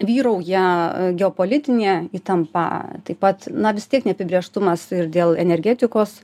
vyrauja geopolitinė įtampa taip pat na vis tiek neapibrėžtumas ir dėl energetikos